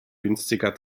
günstiger